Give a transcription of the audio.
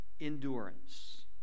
endurance